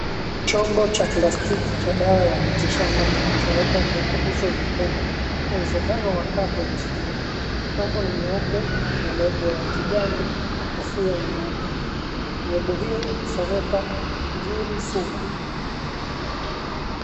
Chombo cha plastiki cha dawa ya miti shamba kilichowekwa kwenye uso nyekundu, uwezekano wa carpet . Chombo ni nyeupe na lebo ya kijani na kofia nyeupe. Lebo hiyo inasomeka, "Ngiri Sugu".